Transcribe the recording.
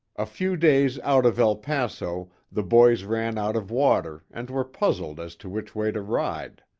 a few days out of el paso, the boys ran out of water, and were puzzled as to which way to ride.